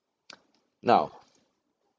now